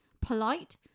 polite